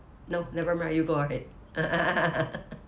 no never mind you go ahead